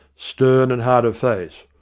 stern and hard of face.